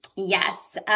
Yes